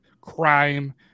crime